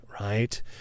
right